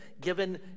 given